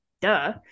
duh